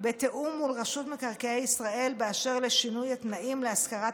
בתיאום מול רשות מקרקעי ישראל באשר לשינוי התנאים להשכרת